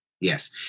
yes